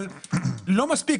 אבל לא מספיק.